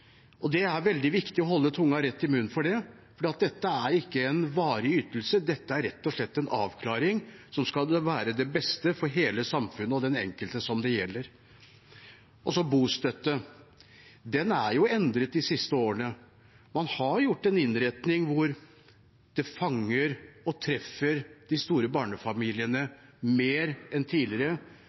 Det er veldig viktig å holde tunga rett i munnen, for dette er ikke en varig ytelse, det er rett og slett en avklaring av hva som er til det beste for hele samfunnet og for den enkelte. Så til bostøtten: Den er jo endret de siste årene. Man har fått en innretning som gjør at den fanger opp og treffer de store barnefamiliene mer enn tidligere,